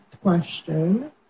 question